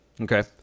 Okay